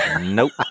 Nope